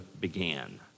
began